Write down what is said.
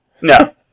No